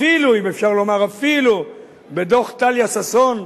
אפילו, אם אפשר לומר, אפילו בדוח טליה ששון,